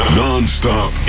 non-stop